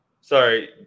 sorry